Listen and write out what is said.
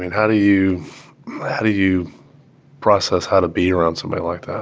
and how do you how do you process how to be around somebody like ah